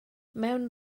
mewn